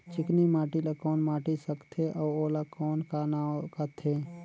चिकनी माटी ला कौन माटी सकथे अउ ओला कौन का नाव काथे?